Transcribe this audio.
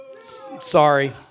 sorry